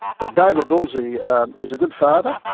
but david bulsey is a good father,